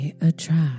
Attract